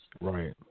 Right